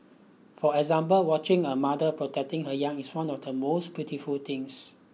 for example watching a mother protecting her young is one of the most beautiful things